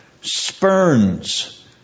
spurns